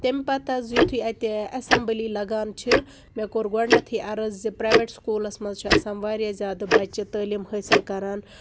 تمہِ پتہٕ حظ یِتھُے اتہِ اسیمبلی لگان چھِ مےٚ کوٚر گۄڈنیتھٕے عرض زِ پرایویٹ سکوٗلس منٛز چھِ آسان واریاہ زیادٕ بچہِ تٲلیٖم حٲصِل کران